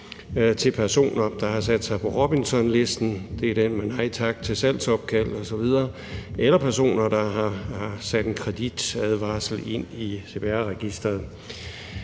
til personer, der har sat sig på Robinsonlisten, det er den med nej tak til salgsopkald osv., eller personer, der har sat en kreditadvarsel ind i CPR-registeret.